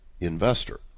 investor